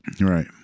right